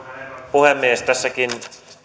puhemies tässäkin